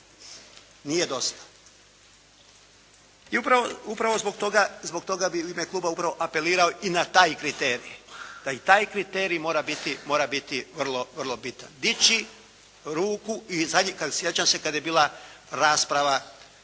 Nije dosta. I upravo zbog toga bi u ime klupa bi upravo apelirao i na taj kriterij, da i taj kriterij mora biti vrlo bitan. Dići ruku i sjećam se kada je bila rasprava